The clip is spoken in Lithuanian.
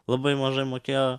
labai mažai mokėjo